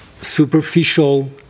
superficial